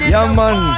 Yaman